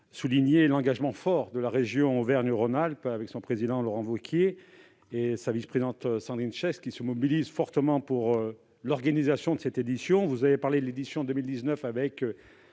souligné l'engagement fort de la région Auvergne-Rhône-Alpes, avec son président Laurent Wauquiez et sa vice-présidente Sandrine Chaix, qui se mobilisent fortement pour l'organisation de l'édition 2023. Vous avez évoqué l'édition 2019, et